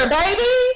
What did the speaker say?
baby